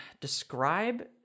describe